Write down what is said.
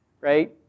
right